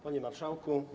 Panie Marszałku!